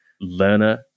learner